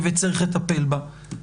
ויש לטפל בה.